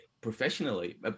professionally